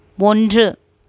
ஒன்று